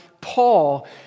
Paul